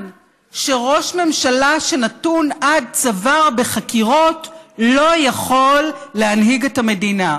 שראש ממשלה שנתון עד צוואר בחקירות לא יכול להנהיג את המדינה.